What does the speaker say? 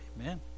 Amen